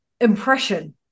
impression